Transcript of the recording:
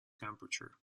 temperature